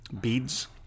beads